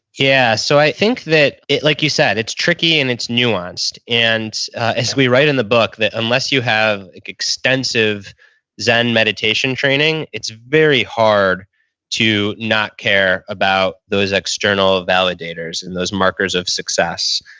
yeah so i think that, like you said, it's tricky and it's nuanced. and as we write in the book, that unless you have extensive zen meditation training, it's very hard to not care about those external validators and those markers of success.